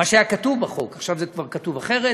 מה שהיה כתוב בחוק, עכשיו זה כבר כתוב אחרת,